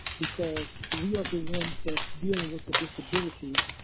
because we are the ones that's dealing with the disabilities.